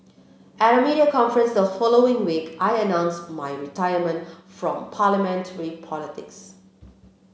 at a media conference the following week I announced my retirement from Parliamentary politics